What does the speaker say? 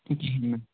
تہٕ کِہیٖنٛۍ نہٕ